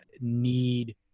need